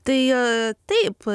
tai taip